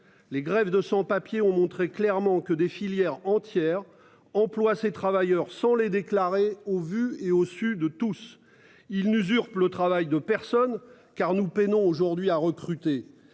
Les grèves de sans-papiers ont montré clairement que des filières entières emploient ces travailleurs sans les déclarer au vu et au su de tous, il n'usurpe le travail de personne car nous peinons aujourd'hui à recruter,